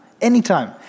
anytime